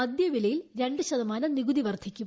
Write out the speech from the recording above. മദ്യവിലയിൽ രണ്ട് ശതമാനം നികുതി വർധിക്കും